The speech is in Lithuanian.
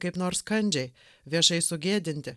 kaip nors kandžiai viešai sugėdinti